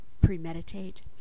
premeditate